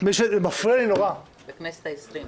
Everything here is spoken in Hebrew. -- בכנסת העשרים.